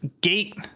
Gate